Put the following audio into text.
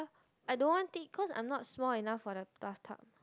I don't want take cause I'm not small enough for the bathtub